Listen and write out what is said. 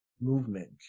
movement